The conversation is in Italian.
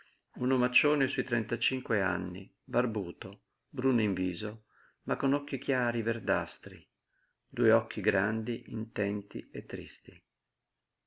un omaccione su i trentacinque anni barbuto bruno in viso ma con occhi chiari verdastri due occhi grandi intenti e tristi